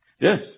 Yes